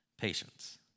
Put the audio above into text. patience